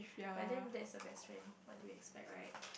but then that's her best friend what do you expect right